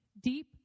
deep